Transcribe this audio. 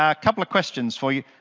a couple of questions for you.